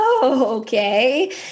okay